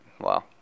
Wow